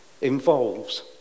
involves